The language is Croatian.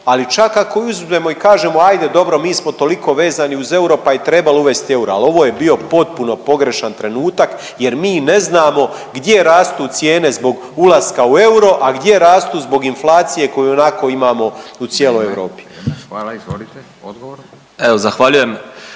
ali čak ako izuzmemo i kažemo ajde dobro bi smo toliko vezani uz euro pa je trebalo uvesti euro, ali ovo je bio potpuno pogrešan trenutak jer mi ne znamo gdje rastu cijene zbog ulaska u euro, a gdje rastu zbog inflacije koju ionako imamo u cijeloj Europi. **Radin, Furio (Nezavisni)** Hvala.